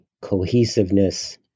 cohesiveness